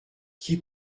qui